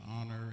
honor